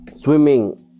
swimming